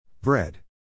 Bread